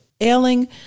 ailing